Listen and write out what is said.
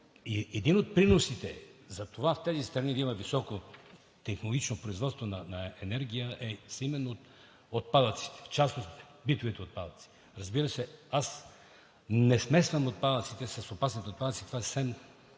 един от приносите за това в тези страни да има високотехнологично производство на енергия са именно отпадъците, в частност битовите отпадъци. Разбира се, аз не смесвам отпадъците с опасните отпадъци, това е съвсем